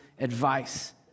advice